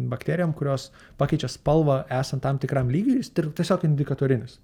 bakterijom kurios pakeičia spalvą esant tam tikram lygiui ir jis tir tiesiog indikatorinis